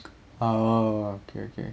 oh okay okay